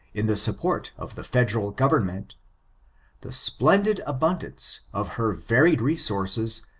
in the support of the federal government the splendid abundance of her varied resources,